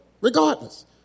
regardless